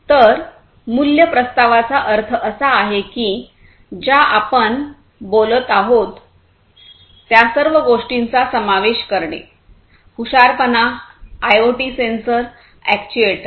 तर मूल्य प्रस्तावाचा अर्थ असा आहे की ज्या आपण बोलत आहोत त्या सर्व गोष्टींचा समावेश करणे हुशारपणा आयओटी सेन्सर अॅक्ट्युएटर